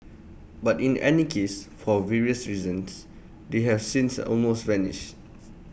but in any case for various reasons they have since almost vanished